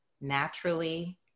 naturally